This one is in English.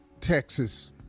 Texas